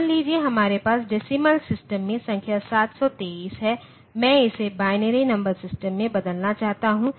मान लीजिए हमारे पास डेसीमल सिस्टम में संख्या 723 है और मैं इसे बाइनरी नंबर सिस्टम में बदलना चाहता हूं